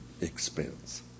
Expense